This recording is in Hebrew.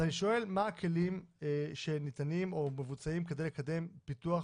אז אני שואל: מה הכלים שניתנים או מבוצעים כדי לקדם פיתוח